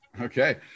Okay